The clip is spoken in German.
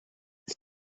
ist